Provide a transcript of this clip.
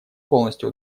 полностью